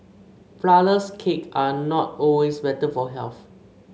flourless cakes are not always better for health